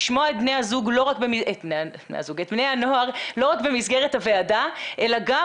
לשמוע את בני הנוער לא רק במסגרת הוועדה אלא גם